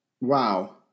wow